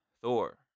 Thor